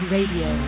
Radio